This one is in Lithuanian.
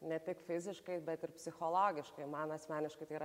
ne tik fiziškai bet ir psichologiškai man asmeniškai tai yra